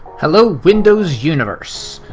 hello windows universe!